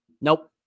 Nope